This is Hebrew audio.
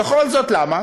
וכל זה למה?